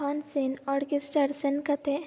function orchestra ᱥᱮᱱ ᱠᱟᱛᱮᱜ